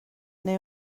neu